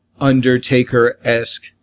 Undertaker-esque